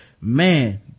man